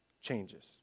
changes